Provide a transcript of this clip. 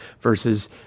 versus